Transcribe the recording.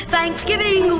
Thanksgiving